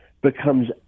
becomes